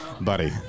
buddy